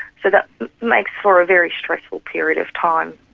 so that makes for a very stressful period of time.